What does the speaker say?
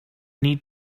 need